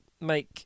make